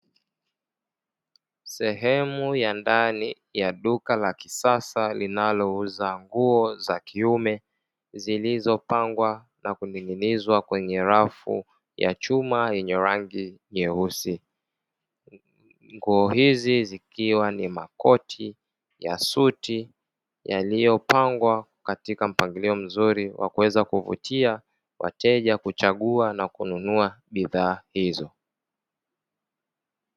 Sehemu ya ndani, ya duka la kisasa, linalouza nguo za kiume, zilizopangwa na kuning'inizwa kwenye rafu ya chuma yenye rangi nyeusi. Nguo hizi zikiwa ni makoti, ya suti, yaliyopangwa katika mpangilio mzuri wa kuweza kuvutia wateja kuchagua na kununua bidhaa hizo.